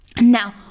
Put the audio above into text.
Now